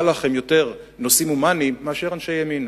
לכם נושאים הומניים יותר מאשר לאנשי ימין.